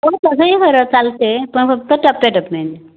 हो कसंही भरा चालते पण फक्त टप्प्या टप्प्याने